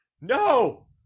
no